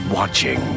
watching